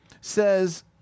Says